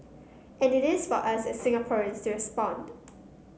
and it is for us as Singaporeans to respond